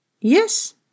Yes